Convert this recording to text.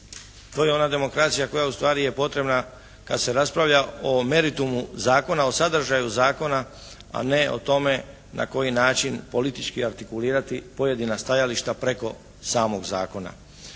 to je ona demokracija koja ustvari je potrebna kad se raspravlja o meritumu zakona, o sadržaju zakona, a ne o tome na koji način politički artikulirati pojedina stajališta preko samog zakona.